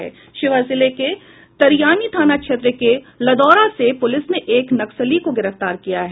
शिवहर जिले के तरियानी थाना क्षेत्र के लदौरा से पुलिस ने एक नक्सली को गिरफ्तार किया है